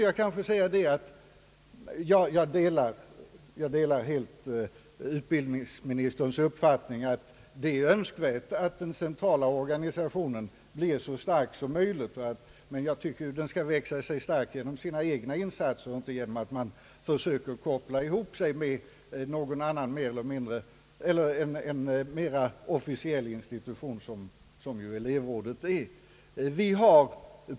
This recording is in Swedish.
Jag vill säga att jag helt delar utbildningsministerns uppfattning att det är önskvärt att den centrala organisationen blir så stark som möjligt, men jag tycker att den bör växa sig stark genom sina egna insatser och inte genom att försöka koppla ihop sig med en mer officiell institution, som ju elevrådet är.